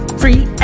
free